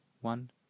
one